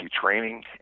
training